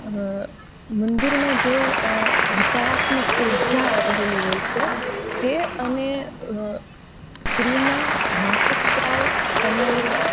મંદિરમાં જે હકારાત્મક ઉર્જા રહેલી હોય છે તે અને સ્ત્રીના માસિક સ્રાવ સમયના